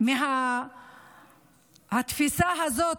מהתפיסה הזאת